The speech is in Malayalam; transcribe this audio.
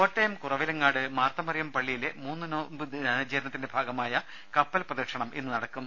കോട്ടയം കുറവിലങ്ങാട് മർത്തമറിയം പള്ളിയിലെ മൂന്നു നോമ്പ് ദിനാചരണത്തിന്റെ ഭാഗമായ കപ്പൽ പ്രദക്ഷിണം ഇന്ന് നടക്കും